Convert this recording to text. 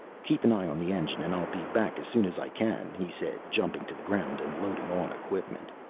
keep an eye on the engine and i'll be back as soon as i can, he said, jumping to the ground and loading on equipment.